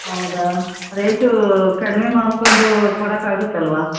ಹೌದಾ ರೇಟೂ ಕಡಿಮೆ ಮಾಡಿಕೊಂಡೂ ಕೊಡಕೆ ಆಗತ್ತಲ್ವಾ